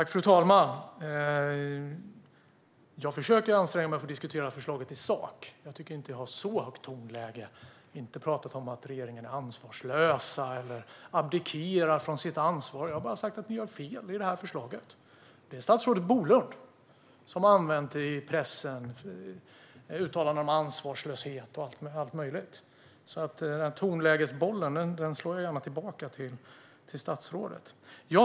Fru talman! Jag försöker anstränga mig att diskutera förslaget i sak och tycker inte att jag har särskilt högt tonläge. Jag har inte pratat om att regeringen är ansvarslös eller abdikerar från sitt ansvar. Jag har bara sagt att man gör fel med här förslaget. Det är statsrådet Bolund som har använt uttalanden om ansvarslöshet och allt möjligt i pressen. Tonlägesbollen passar jag alltså gärna tillbaka till statsrådet.